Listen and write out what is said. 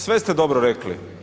Sve ste dobro rekli.